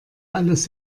alles